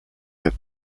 jak